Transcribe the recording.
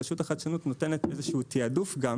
רשות החדשנות נותנת איזשהו תיעדוף גם